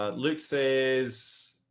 ah luke says